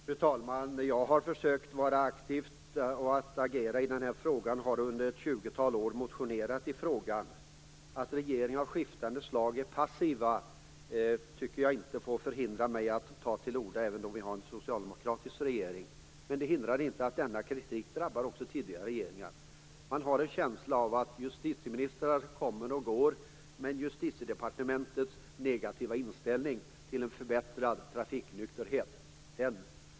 Fru talman! Jag har försökt vara aktiv och agera i den här frågan. Under ett tjugotal år har jag motionerat i frågan. Att regeringar av skiftande slag har varit passiva tycker jag inte får hindra mig från att ta till orda även om vi nu har en socialdemokratisk regering. Det hindrar inte att min kritik också drabbar tidigare regeringar. Man kan en känsla av att justitieministrar kommer och går, men Justitiedepartementets negativa inställning till en förbättrad trafiknykterhet består.